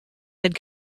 had